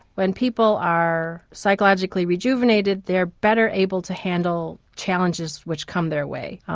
when people are psychologically rejuvenated they are better able to handle challenges which come their way.